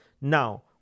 Now